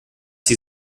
sie